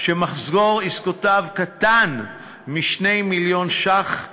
שמחזור עסקותיו קטן מ-2 מיליון שקלים